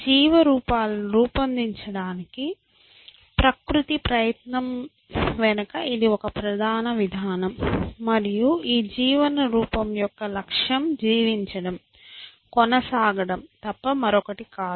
జీవిత రూపాలను రూపొందించడానికి ప్రకృతి ప్రయత్నం వెనుక ఇది ఒక ప్రధాన విధానం మరియు ఈ జీవన రూపం యొక్క లక్ష్యం జీవించడం కొనసాగడం తప్ప మరొకటి కాదు